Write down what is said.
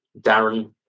Darren